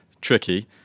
tricky